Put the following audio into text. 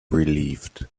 relieved